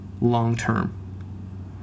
long-term